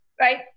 Right